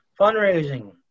Fundraising